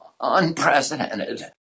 unprecedented